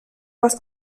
was